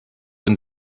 been